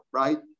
right